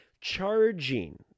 charging